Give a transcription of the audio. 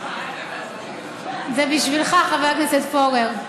זה בשבילך, חבר הכנסת פורר,